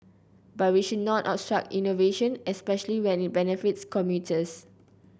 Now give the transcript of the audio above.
but we should not obstruct innovation especially when it benefits commuters